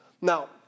Now